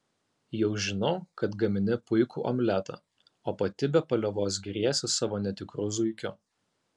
jau žinau kad gamini puikų omletą o pati be paliovos giriesi savo netikru zuikiu